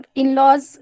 in-laws